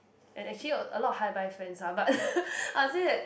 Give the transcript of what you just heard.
and actually a a lot of hi bye friends ah but I would say that